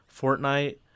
Fortnite